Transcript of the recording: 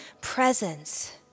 presence